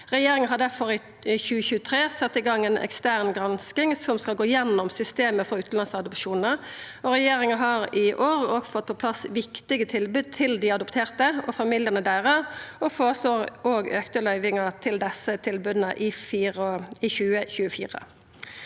Regjeringa har difor i 2023 sett i gang ei ekstern gransking som skal gå gjennom systemet for utanlandsadopsjonar. Regjeringa har i år òg fått på plass viktige tilbod til dei adopterte og familiane deira, og føreslår auka løyvingar til desse tilboda i 2024.